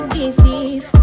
deceive